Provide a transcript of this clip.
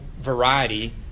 variety